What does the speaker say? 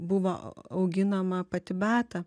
buvo auginama pati beata